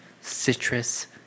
citrus